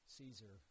Caesar